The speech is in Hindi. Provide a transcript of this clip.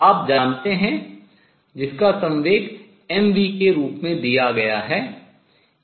आप जानते हैं जिसका संवेग mv के रूप में दिया गया है